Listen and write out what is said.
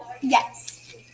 Yes